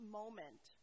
moment